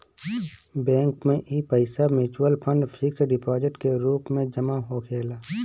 bank में इ पईसा मिचुअल फंड, फिक्स डिपोजीट के रूप में जमा होखेला